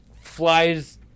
flies